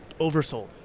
oversold